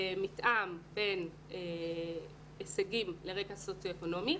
במתאם בין הישגים לרקע סוציו אקונומי,